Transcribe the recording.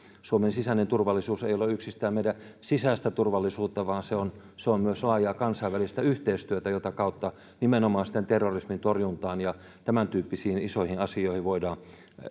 suomen sisäinen turvallisuus ei kyllä ole yksistään meidän sisäistä turvallisuutta vaan se on myös laajaa kansainvälistä yhteistyötä jota kautta sitten nimenomaan terrorismin torjuntaan ja tämäntyyppisiin isoihin asioihin voidaan